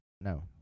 No